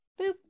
Boop